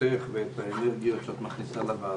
פעילותך ואת האנרגיות שאת מכניסה לעניין.